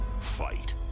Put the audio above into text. fight